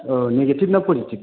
negative ना positive